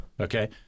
okay